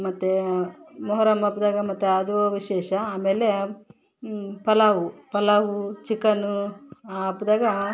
ಮತ್ತು ಮೊಹರಂ ಹಬ್ದಾಗ ಮತ್ತು ಅದು ವಿಶೇಷ ಆಮೇಲೆ ಪಲಾವು ಪಲಾವು ಚಿಕನು ಆ ಹಬ್ದಾಗ